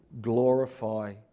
glorify